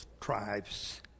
tribes